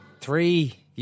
three